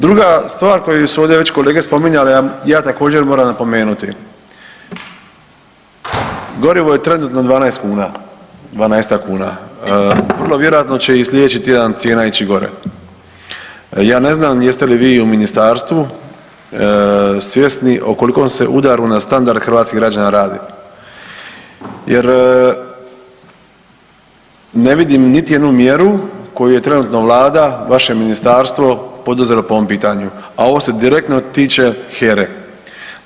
Druga stvar koju su ovdje već kolege spominjali, a ja također moram napomenuti, gorivo je trenutno 12 kuna, 12-ak kuna vrlo vjerojatno će i sljedeći tjedan cijena ići gore, ja ne znam jeste li vi u ministarstvu svjesni o kolikom se udaru na standard hrvatskih građana radi jer ne vidim niti jednu mjeru koju je trenutno vlada, vaše ministarstvo poduzelo po ovom pitanju, a ovo se direktno tiče HERA-e.